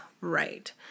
Right